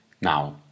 Now